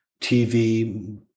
TV